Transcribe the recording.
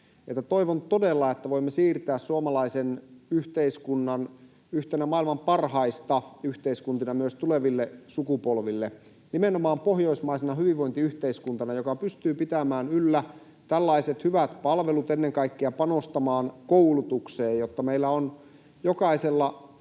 toivon todella, että voimme siirtää suomalaisen yhteiskunnan yhtenä maailman parhaista yhteiskunnista myös tuleville sukupolville — nimenomaan pohjoismaisena hyvinvointiyhteiskuntana, joka pystyy pitämään yllä tällaiset hyvät palvelut ja ennen kaikkea panostamaan koulutukseen, jotta meillä on jokaisella